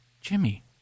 Jimmy